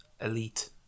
elite